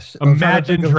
Imagine